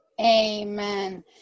Amen